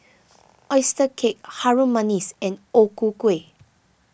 Oyster Cake Harum Manis and O Ku Kueh